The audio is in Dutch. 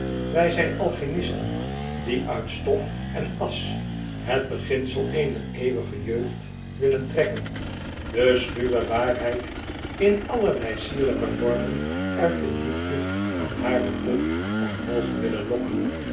wy zyn alchimisten die uit stof en asch het beginsel eener eeuwige jeugd willen trekken de schuwe waarheid in allerlei sierlyke vormen uit de diepte van haren put omhoog willen lokken